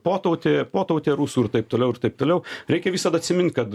potautė potautė rusų ir taip toliau ir taip toliau reikia visad atsimint kad